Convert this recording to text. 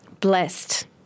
blessed